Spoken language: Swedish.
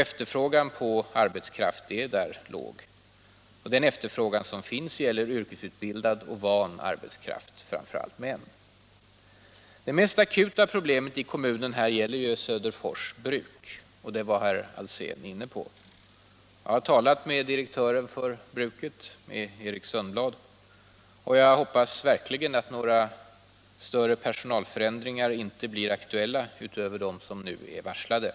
Efterfrågan på arbetskraft är där låg. Den efterfrågan som finns gäller yrkesutbildad och van arbetskraft, framför allt män. Det mest akuta problemet i kommunen gäller Söderfors bruk, och det var herr Alsén inne på. Jag har talat med direktören för bruket, Erik Sundblad, och jag hoppas verkligen att några större personalförändringar inte blir aktuella utöver dem som nu är varslade.